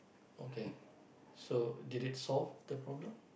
okay so did it solve the problem